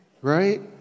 right